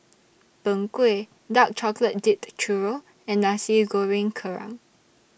Png Kueh Dark Chocolate Dipped Churro and Nasi Goreng Kerang